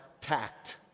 tact